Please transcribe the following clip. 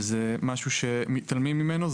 וזה משהו שמתעלמים ממנו.